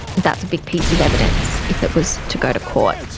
that's a big piece of evidence if it was to go to court.